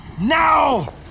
now